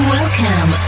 Welcome